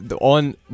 on